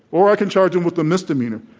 or i can charge him with a misdemeanor.